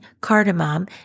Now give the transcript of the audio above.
cardamom